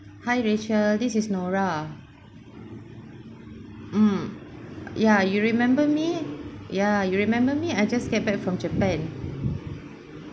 hi rachel this is nora mm ya you remember me ya you remember me I just get back from japan